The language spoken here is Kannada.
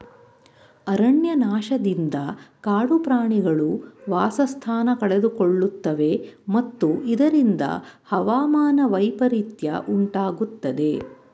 ಅರಣ್ಯನಾಶದಿಂದ ಕಾಡು ಪ್ರಾಣಿಗಳು ವಾಸಸ್ಥಾನ ಕಳೆದುಕೊಳ್ಳುತ್ತವೆ ಮತ್ತು ಇದರಿಂದ ಹವಾಮಾನ ವೈಪರಿತ್ಯ ಉಂಟಾಗುತ್ತದೆ